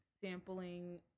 sampling